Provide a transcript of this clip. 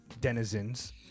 denizens